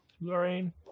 Lorraine